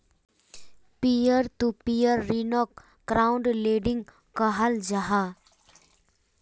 peer to peer ऋन्नोक crowd lending कहाल जाहा